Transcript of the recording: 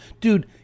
Dude